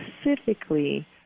specifically